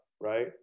right